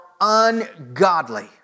ungodly